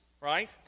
right